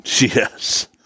Yes